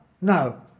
no